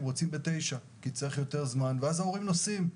הם רוצים ב-09:00 כי זה נותן להם יותר זמן ואז הורים מסיעים.